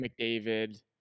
McDavid